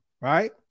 right